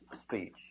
speech